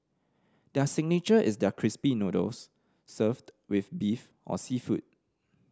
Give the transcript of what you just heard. their signature is their crispy noodles served with beef or seafood